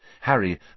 Harry